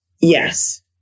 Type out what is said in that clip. Yes